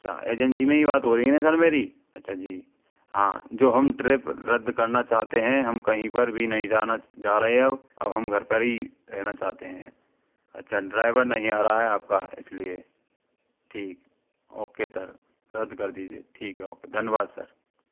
अच्छा एजेंसी में ही बात हो रही है ना सर मेरी अच्छा जी जो हम ट्रिप रद्द करना चाहते हैं हम कहीं पर भी नहीं जाना जा रहे हैं अब हम घर पर ही रहना चाहते हैं अच्छा ड्राइवर नहीं आ रहा है आपका इसलिए ठीक ओके सर रद्द कर दीजिए ठीक ओके धन्यवाद सर